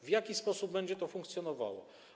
W jaki sposób będzie to funkcjonowało?